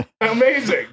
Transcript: Amazing